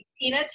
Tina